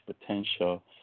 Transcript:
potential